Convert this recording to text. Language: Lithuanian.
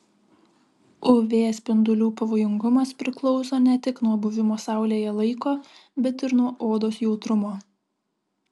uv spindulių pavojingumas priklauso ne tik nuo buvimo saulėje laiko bet ir nuo odos jautrumo